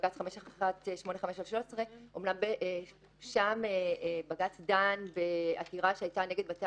אומנם שם בג"צ דן בעתירה שהיתה נגד בתי